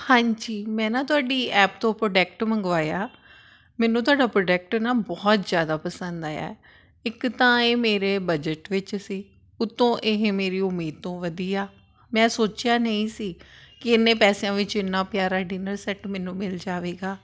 ਹਾਂਜੀ ਮੈਂ ਨਾ ਤੁਹਾਡੀ ਐਪ ਤੋਂ ਪ੍ਰੋਡੈਕਟ ਮੰਗਵਾਇਆ ਮੈਨੂੰ ਤੁਹਾਡਾ ਪ੍ਰੋਡੈਕਟ ਨਾ ਬਹੁਤ ਜ਼ਿਆਦਾ ਪਸੰਦ ਆਇਆ ਇੱਕ ਤਾਂ ਇਹ ਮੇਰੇ ਬਜਟ ਵਿੱਚ ਸੀ ਉੱਤੋਂ ਇਹ ਮੇਰੀ ਉਮੀਦ ਤੋਂ ਵਧੀਆ ਮੈਂ ਸੋਚਿਆ ਨਹੀਂ ਸੀ ਕਿ ਇੰਨੇ ਪੈਸਿਆਂ ਵਿੱਚ ਇੰਨਾਂ ਪਿਆਰਾ ਡਿਨਰ ਸੈੱਟ ਮੈਨੂੰ ਮਿਲ ਜਾਵੇਗਾ